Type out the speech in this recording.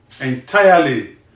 entirely